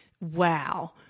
wow